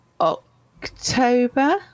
October